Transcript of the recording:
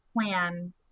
plan